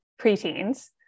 preteens